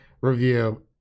review